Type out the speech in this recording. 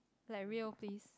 like real please